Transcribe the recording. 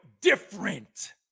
different